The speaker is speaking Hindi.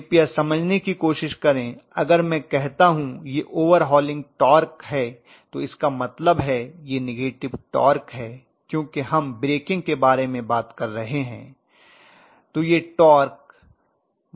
कृपया समझने की कोशिश करें अगर मैं कहता हूं यह ओवरहालिंग टॉर्क है तो इसका मतलब है यह नेगेटिव टॉर्क है क्योंकि हम ब्रेकिंग के बारे में बात कर रहे हैं